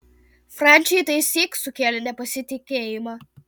franciui tai išsyk sukėlė nepasitikėjimą